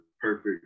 perfect